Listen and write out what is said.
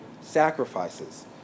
sacrifices